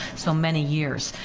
so many years,